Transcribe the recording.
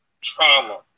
trauma